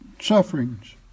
sufferings